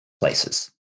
places